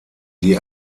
die